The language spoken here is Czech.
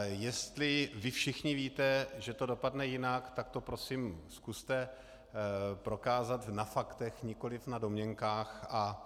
Jestli vy všichni víte, že to dopadne jinak, tak to prosím zkuste prokázat na faktech, nikoliv na domněnkách.